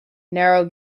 narrow